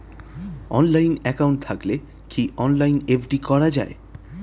Online account থাকলে কি অনলাইনে এফ.ডি করা যায়?